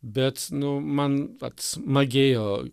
bet nu man vats magėjo